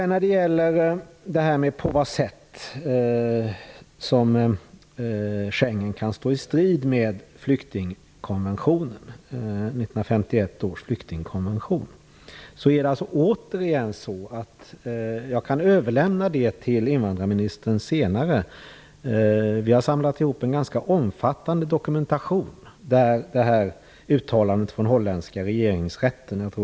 När det sedan gäller på vad sätt Schengenavtalet kan stå i strid med 1951 års flyktingkonvention kan jag till invandrarministern senare överlämna en ganska omfattande dokumentation som vi har samlat, bl.a. från holländska regeringsrätten.